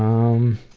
um,